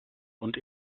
und